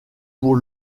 pour